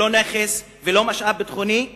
הוא לא נכס ולא משאב ביטחוני,